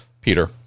peter